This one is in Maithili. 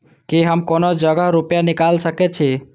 की हम कोनो जगह रूपया निकाल सके छी?